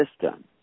system